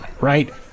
right